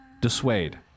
dissuade